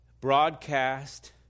broadcast